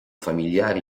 familiare